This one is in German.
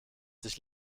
sich